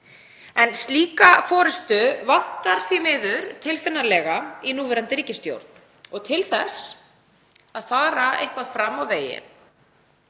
Slíka forystu vantar því miður tilfinnanlega í núverandi ríkisstjórn og til þess að fara eitthvað fram á veginn